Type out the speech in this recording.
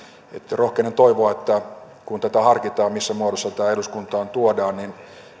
rohkenen toivoa että kun harkitaan tätä missä muodossa tämä eduskuntaan tuodaan niin